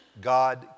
God